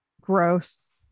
gross